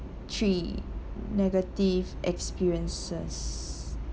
three negative experiences